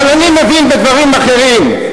אבל אני מבין בדברים אחרים.